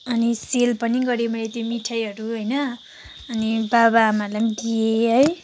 अनि सेल पनि गरेँ मैले त्यो मिठाईहरू होइन अनि बाबाआमालाई पनि दिएँ है